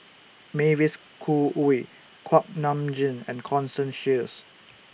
Mavis Khoo Oei Kuak Nam Jin and Constance Sheares